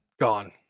Gone